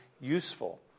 useful